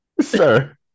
Sir